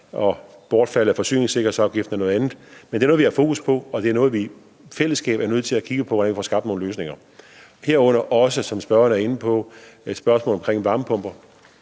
Bortfaldet af forsyningssikkerhedsafgiften er noget andet. Men det er noget, vi har fokus på, og det er noget, som vi i fællesskab er nødt til at kigge på for at få skabt nogle løsninger, herunder også, som spørgeren er inde på, spørgsmålet omkring varmepumper,